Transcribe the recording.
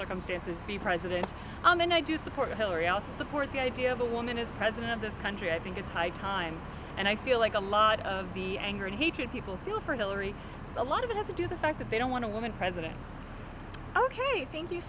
circumstances be president and i do support hillary i'll support the idea of a woman as president of this country i think it's high time and i feel like a lot of the anger and hatred people feel for hillary a lot of the do the fact that they don't want to woman president ok thank you